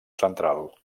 central